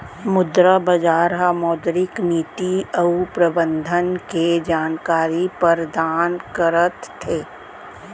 मुद्रा बजार ह मौद्रिक नीति अउ प्रबंधन के जानकारी परदान करथे